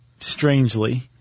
strangely